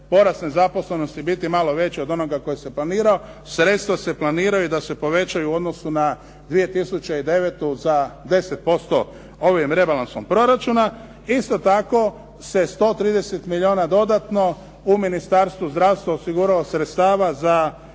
porast nezaposlenosti biti malo veća od onog koji se planirao, sredstva se planiraju da se povećaju u odnosu na 2009. za 10% ovim rebalansom proračuna. Isto tako se 130 milijuna dodatno u Ministarstvu zdravstva osigurava sredstava za